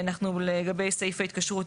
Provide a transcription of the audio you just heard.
לגבי סעיף ההתקשות,